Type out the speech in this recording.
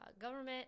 government